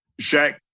Shaq